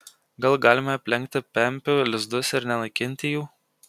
gal galime aplenkti pempių lizdus ir nenaikinti jų